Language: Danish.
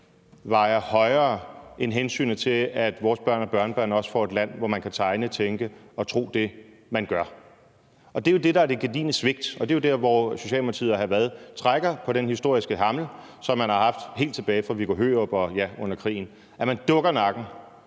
vejer tungere end hensynet til, at vores børn og børnebørn også får et land, hvor man kan tegne, tænke og tro det, man gør. Det er jo det, der er det gedigne svigt, og det er der, hvor Socialdemokratiet og hr. Frederik Vad trækker på den historiske hammel, som man har haft helt tilbage fra Viggo Hørup og ja, under krigen – at man dukker nakken,